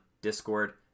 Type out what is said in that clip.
Discord